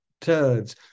turds